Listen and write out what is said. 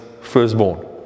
firstborn